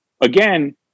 Again